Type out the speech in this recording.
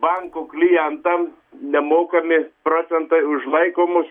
bankų klientam nemokami procentai už laikomus